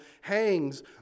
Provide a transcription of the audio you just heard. hangs